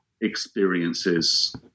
experiences